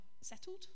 settled